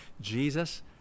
Jesus